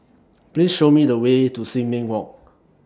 Please Show Me The Way to Sin Ming Walk